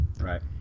Right